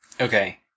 Okay